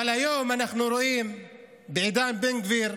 אבל היום, בעידן בן גביר,